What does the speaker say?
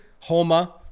Homa